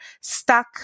stuck